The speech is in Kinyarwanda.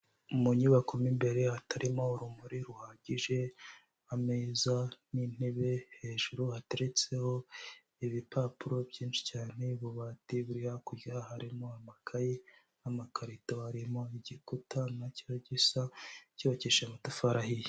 Mu nyubako mo imbere hatarimo urumuri ruhagije, ameza n'intebe hejuru hateretseho ibipapuro byinshi cyane, ububati buri hakurya harimo amakayi, n'amakarito arimo, igikuta nacyo gisa, cyubakishijwe amatafari ahiye.